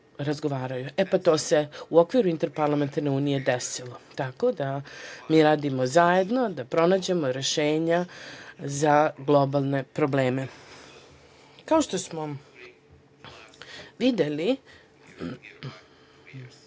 E, pa to se u okviru Interparlamentarne unije desilo, tako da mi radimo zajedno da pronađemo rešenja za globalne probleme. Kao što smo videli